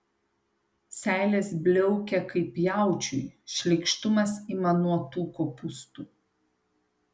seilės bliaukia kaip jaučiui šleikštumas ima nuo tų kopūstų